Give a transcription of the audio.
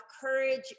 courage